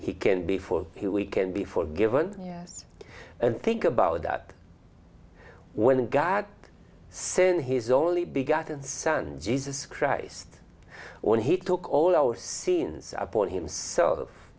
he can be for he we can be forgiven yes and think about that when god sent his only begotten son jesus christ when he took all our scenes upon himself